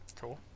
cool